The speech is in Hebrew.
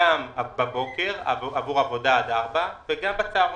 גם בבוקר עבור עבודה עד 4:00 וגם בצהרונים.